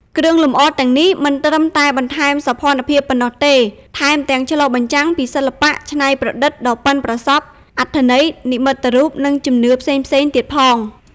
គ្រឿងលម្អទាំងនេះមិនត្រឹមតែបន្ថែមសោភ័ណភាពប៉ុណ្ណោះទេ ថែមទាំងឆ្លុះបញ្ចាំងពីសិល្បៈច្នៃប្រឌិតដ៏ប៉ិនប្រសប់ អត្ថន័យនិមិត្តរូប និងជំនឿផ្សេងៗទៀតផង។